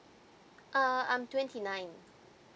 uh I'm twenty nine